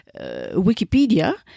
Wikipedia